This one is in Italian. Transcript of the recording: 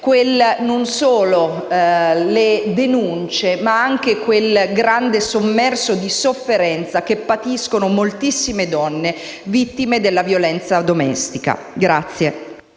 non solo le denunce, ma anche quel grande sommerso di sofferenza che patiscono moltissime donne vittime della violenza domestica.